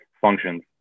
functions